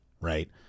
Right